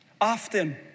often